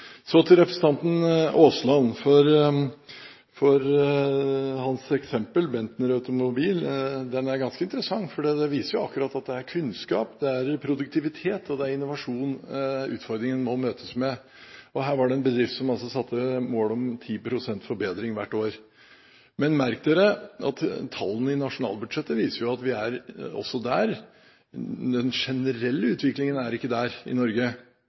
viser at det er kunnskap, produktivitet og innovasjon utfordringen må møtes med. Her var det en bedrift som satte et mål om 10 pst. forbedring hvert år. Men merk dere at tallene i nasjonalbudsjettet viser at den generelle utviklingen er ikke slik i Norge.